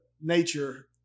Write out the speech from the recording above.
nature